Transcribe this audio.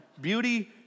beauty